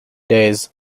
days